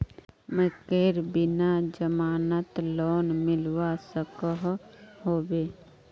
मकईर बिना जमानत लोन मिलवा सकोहो होबे?